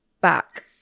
back